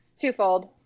twofold